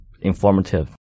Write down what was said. informative